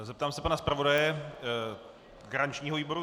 Zeptám se pana zpravodaje garančního výboru.